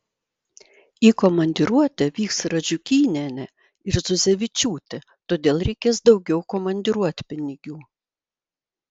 į komandiruotę vyks radžiukynienė ir zuzevičiūtė todėl reikės daugiau komandiruotpinigių